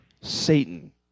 Satan